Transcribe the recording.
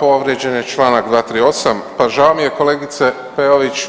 Povrijeđen je Članak 238., pa žao mi je kolegice Peović